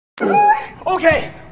Okay